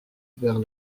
vers